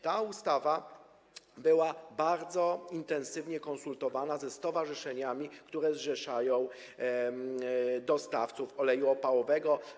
Ta ustawa była bardzo intensywnie konsultowana ze stowarzyszeniami, które zrzeszają dostawców oleju opałowego.